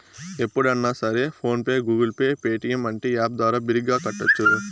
ఎప్పుడన్నా సరే PhonePe Google Pay Paytm అంటే యాప్ ద్వారా బిరిగ్గా కట్టోచ్చు